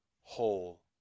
whole